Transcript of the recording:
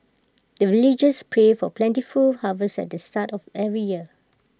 the villagers pray for plentiful harvest at the start of every year